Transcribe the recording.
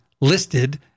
listed